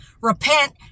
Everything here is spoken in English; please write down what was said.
Repent